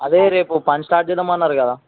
అదే రేపు పని స్టార్ట్ చేద్దాం అన్నారు కదా